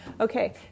okay